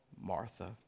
Martha